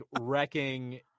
wrecking